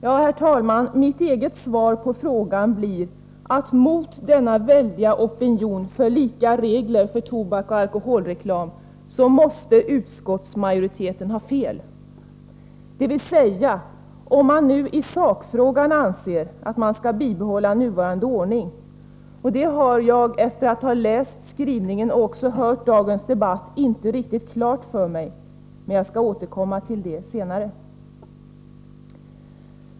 Ja, herr talman, mitt eget svar på frågan blir att mot denna väldiga opinion 117 för lika regler för tobaksoch alkoholreklam måste utskottsmajoriteten ha fel, dvs. om man nu i sakfrågan anser att man skall bibehålla nuvarande ordning — det har jag efter att ha läst skrivningen och också hört dagens debatt inte riktigt klart för mig, men jag skall återkomma till det senare.